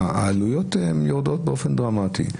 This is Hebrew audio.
העלויות יורדות באופן דרמטי.